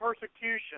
persecution